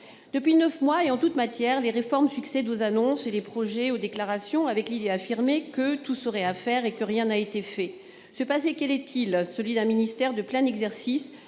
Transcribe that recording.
Depuis neuf mois, et en toutes matières, les réformes succèdent aux annonces et les projets aux déclarations, avec l'idée affirmée que tout serait à faire et que rien n'a été fait. Ce passé, quel est-il ? Celui d'un ministère de plein exercice,